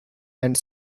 and